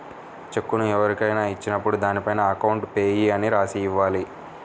చెక్కును ఎవరికైనా ఇచ్చినప్పుడు దానిపైన అకౌంట్ పేయీ అని రాసి ఇవ్వాలి